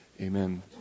amen